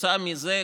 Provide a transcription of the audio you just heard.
כתוצאה מזה,